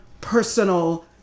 personal